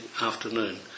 afternoon